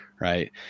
Right